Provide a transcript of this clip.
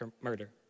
murder